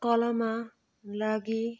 कलामा लागि